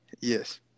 yes